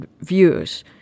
views